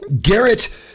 Garrett